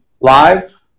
live